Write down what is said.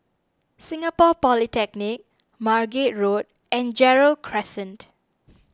Singapore Polytechnic Margate Road and Gerald Crescent